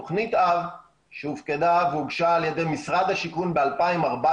תוכנית אב שהופקדה והוגשה על ידי משרד השיכון ב-2014